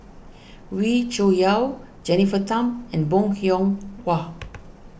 Wee Cho Yaw Jennifer Tham and Bong Hiong Hwa